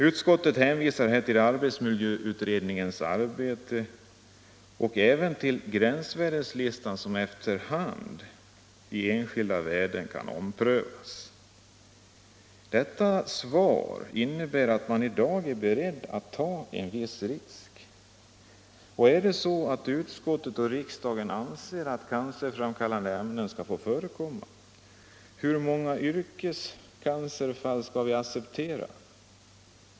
Utskottet hänvisar till arbetsmiljöutredningens arbete och även till att i gränsvärdeslistan efter hand de enskilda värdena kommer att omprövas. Detta svar innebär att man i dag är beredd att ta en viss risk. Är det så att utskottet och riksdagen anser att cancerframkallande ämnen skall få förekomma? Hur många yrkescancerfall skall vi acceptera?